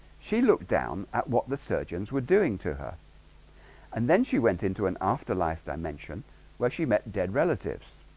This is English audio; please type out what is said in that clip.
she looked down at what the surgeons were doing to her and then she went into an afterlife dimension where she met dead relatives